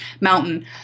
mountain